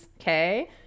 Okay